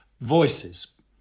voices